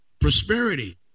Prosperity